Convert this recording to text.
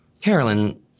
Carolyn